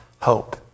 hope